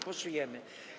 Głosujemy.